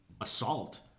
assault